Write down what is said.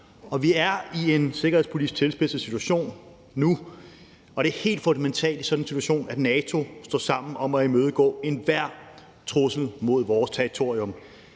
Vi er i en sikkerhedspolitisk tilspidset situation nu, og det er helt fundamentalt i sådan en situation, at NATO står sammen om at imødegå enhver trussel mod vores territorium.